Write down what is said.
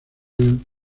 bryan